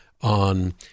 on